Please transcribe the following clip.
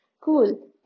cool